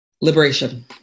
Liberation